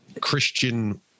Christian